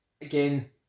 Again